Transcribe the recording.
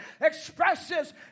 expresses